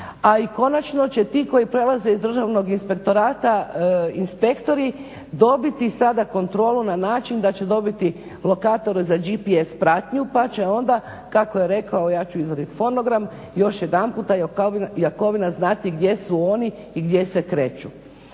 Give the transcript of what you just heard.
a i konačno će ti koji prelaze iz Državnog inspektorata inspektori dobiti sada kontrolu na način da će dobiti lokatore za GPS pratnju pa će onda kako je rekao ja ću izvadit fonograme, još jedanput Jakovina znati gdje su oni i gdje se kreću.